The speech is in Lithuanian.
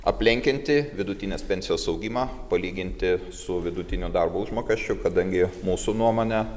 aplenkiantį vidutinės pensijos augimą palyginti su vidutinio darbo užmokesčiu kadangi mūsų nuomone